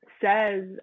says